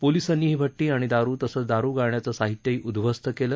पोलीसांनी ही भट्टी आणि दारु तसंच दारु गाळण्याचं साहित्यही उद्धवस्त केलं